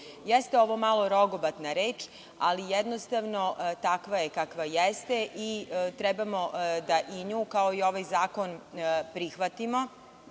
Jeste ovo malo rogobatna reč, ali, jednostavno, takva je kakva jeste i trebamo da i nju, kao i ovaj zakon,